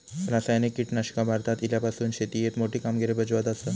रासायनिक कीटकनाशका भारतात इल्यापासून शेतीएत मोठी कामगिरी बजावत आसा